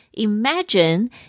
Imagine